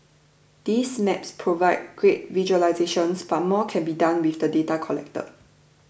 these maps provide great visualisations but more can be done with the data collected